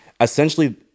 essentially